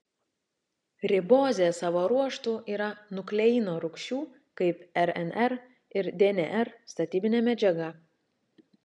ribozė savo ruožtu yra nukleino rūgščių kaip rnr ir dnr statybinė medžiaga